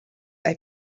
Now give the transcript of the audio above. they